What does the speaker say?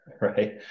right